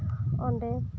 ᱚᱸᱰᱮ